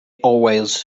always